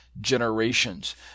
generations